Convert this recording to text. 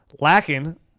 lacking